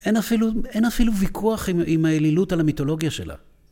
אין אפילו ויכוח עם האלילות על המיתולוגיה שלה.